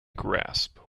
grasp